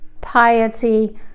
piety